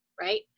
right